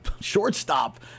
shortstop